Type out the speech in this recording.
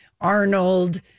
Arnold